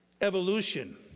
evolution